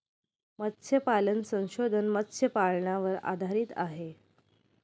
मत्स्यपालन संशोधन मत्स्यपालनावर आधारित आहे